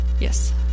Yes